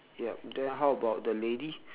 yup then how about the lady